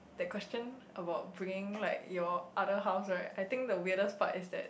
that question about bringing like your other half right I think the weirdest part is that